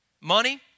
Money